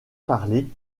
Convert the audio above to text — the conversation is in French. parlé